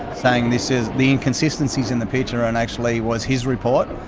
saying this is, the inconsistencies in the picture and actually was his report.